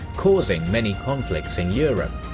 causing many conflicts in europe.